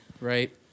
right